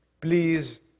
Please